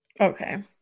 Okay